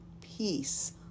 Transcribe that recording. peace